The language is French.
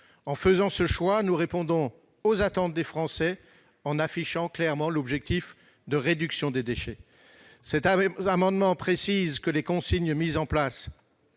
Ce faisant, nous répondons aux attentes des Français en affichant clairement l'objectif de réduction des déchets. Cet amendement vise à préciser que les consignes mises en place